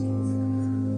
(השמעת השיר)